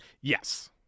Yes